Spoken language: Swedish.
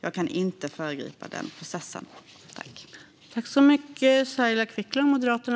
Jag kan inte föregripa den processen.